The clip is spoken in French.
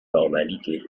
formalités